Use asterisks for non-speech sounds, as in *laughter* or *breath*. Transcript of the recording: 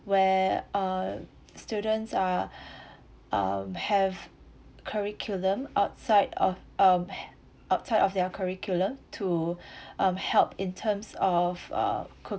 where uh students are *breath* um have curriculum outside of um outside of their curriculum to um help in terms of uh